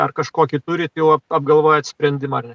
ar kažkokį turit jau apgalvojot sprendimą ar ne